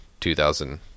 2000